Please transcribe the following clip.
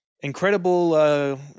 incredible